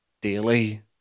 daily